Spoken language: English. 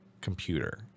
computer